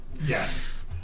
Yes